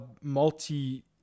multi